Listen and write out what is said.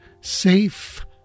safe